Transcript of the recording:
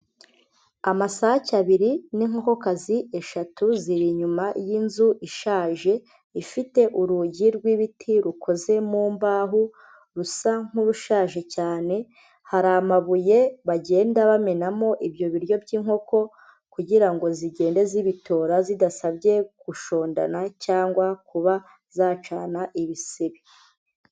Amasake abiri n'inkokazi eshatu ziri inyuma y'inzu ishaje ifite urugi rw'ibiti rukoze mu mbaho, rusa nk'urushaje cyane, hari amabuye bagenda bamenamo ibyo biryo by'inkoko kugira ngo zigende zibitora zidasabye gushondana cyangwa kuba zacana ibisebe.